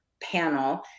panel